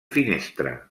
finestra